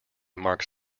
marks